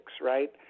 right